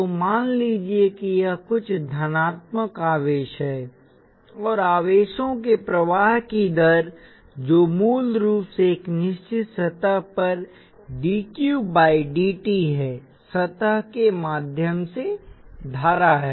तो मान लीजिए कि ये कुछ धनात्मक आवेश हैं और आवेशों के प्रवाह की दर जो मूल रूप से एक निश्चित सतह पर dQ dt है सतह के माध्यम से धारा है